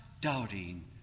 doubting